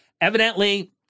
Evidently